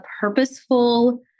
purposeful